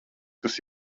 kas